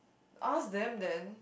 ask them then